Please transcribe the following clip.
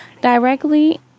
directly